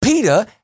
Peter